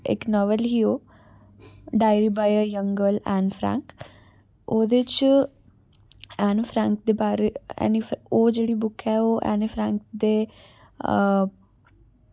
इक नावल ही ओह् diary by a young girl Anne Frank ओह्दे च ऐन्न फ्रैंक दे बारै ऐनी फ्रैं ओह् जेह्ड़ी बुक ऐ ओह् ऐन्न फ्रैंक दे